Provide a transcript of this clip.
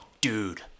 Dude